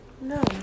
No